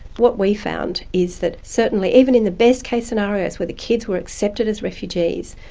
what we found is that certainly, even in the best case scenarios where the kids were accepted as refugees,